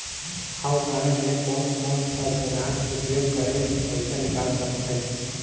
हव कारड ले कोन कोन सा जगह उपयोग करेके पइसा निकाल सकथे?